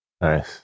Nice